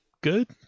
good